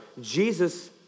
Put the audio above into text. Jesus